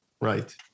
Right